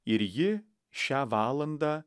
ir ji šią valandą